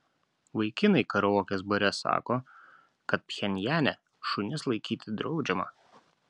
vaikinai karaokės bare sako kad pchenjane šunis laikyti draudžiama